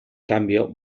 cambio